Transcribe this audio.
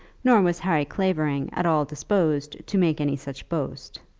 nor was harry clavering at all disposed to make any such boast.